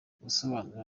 gusobanura